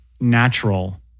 natural